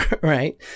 Right